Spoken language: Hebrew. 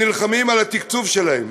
ונלחמים על התקצוב שלהם.